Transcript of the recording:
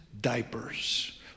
diapers